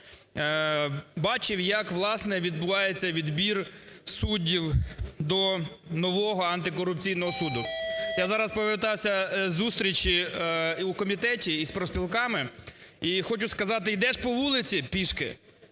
власне, відбувається відбір суддів до нового антикорупційного суду. Я зараз повертався в зустрічі і в комітет, і з профспілками, і хочу сказати, йдеш по вулиці пішки,